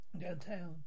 downtown